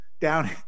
down